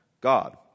God